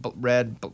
red